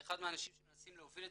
כאחד מהאנשים שמנסים להוביל את זה